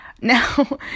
Now